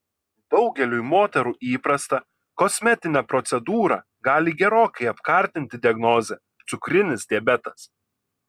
daugeliui moterų įprastą kosmetinę procedūrą gali gerokai apkartinti diagnozė cukrinis diabetas